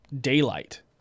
daylight